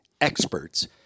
experts